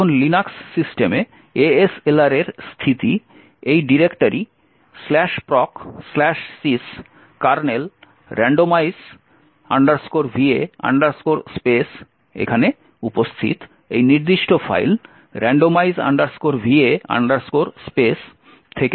এখন লিনাক্স সিস্টেমে ASLR এর স্থিতি এই directory procsys kernel randomize va space এ উপস্থিত এই নির্দিষ্ট ফাইল randomize va space থেকে পাওয়া যেতে পারে